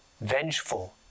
vengeful